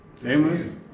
Amen